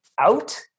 out